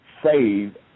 Save